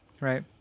right